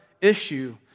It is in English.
issue